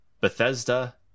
Bethesda